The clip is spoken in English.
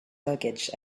luggage